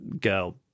girl